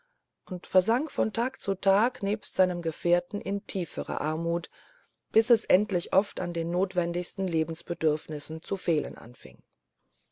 und versank von tag zu tage nebst seinem gefährten in tiefere armut bis es endlich oft an den notwendigsten lebensbedürfnissen zu fehlen anfing